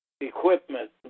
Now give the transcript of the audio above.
equipment